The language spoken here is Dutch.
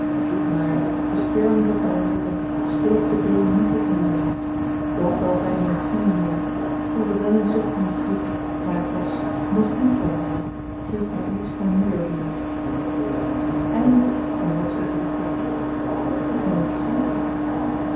maar bestervend op myn lippen steeg de beê niet tot den heer k boog wel beî myn knieën neer k voelde wel een zucht me ontglippen maar het was nog niet o heer geef my eerst myn moeder weer